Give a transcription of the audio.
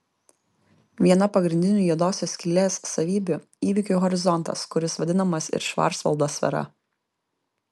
viena pagrindinių juodosios skylės savybių įvykių horizontas kuris vadinamas ir švarcvaldo sfera